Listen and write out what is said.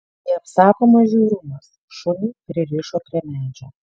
neapsakomas žiaurumas šunį pririšo prie medžio